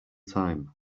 time